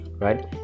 right